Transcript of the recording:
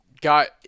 got